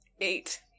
Eight